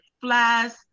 flies